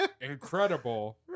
incredible